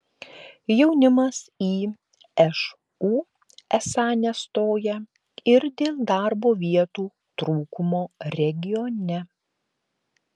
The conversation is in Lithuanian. jaunimas į šu esą nestoja ir dėl darbo vietų trūkumo regione